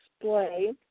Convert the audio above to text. display